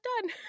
done